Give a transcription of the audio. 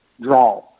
draw